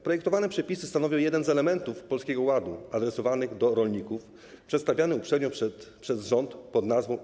Projektowane przepisy stanowią jeden z elementów Polskiego Ładu adresowanych do rolników, przedstawiany uprzednio przez rząd pn.